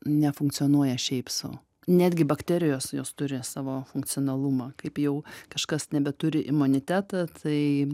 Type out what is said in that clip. nefunkcionuoja šiaip sau netgi bakterijos jos turi savo funkcionalumą kaip jau kažkas nebeturi imunitetą tai